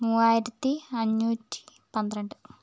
മൂവായിരത്തി അഞ്ഞൂറ്റി പന്ത്രണ്ട്